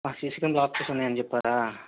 మా సిస్టమ్లు ఆఫ్ చేసున్నాయని చెప్పారా